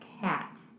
cat